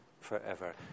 forever